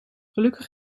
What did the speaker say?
gelukkig